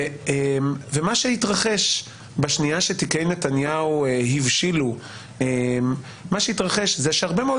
ומה שהתרחש בשנייה שתיקי נתניהו הבשילו זה שהרבה מאוד